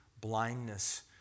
blindness